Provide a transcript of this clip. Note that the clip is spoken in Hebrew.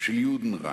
של "יודנריין",